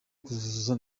kuzuza